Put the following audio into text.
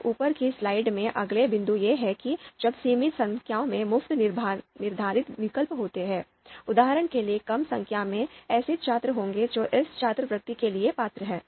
फिर ऊपर की स्लाइड में अगला बिंदु यह है कि जब सीमित संख्या में मुफ्त निर्धारित विकल्प होते हैं उदाहरण के लिए कम संख्या में ऐसे छात्र होंगे जो इस छात्रवृत्ति के लिए पात्र हैं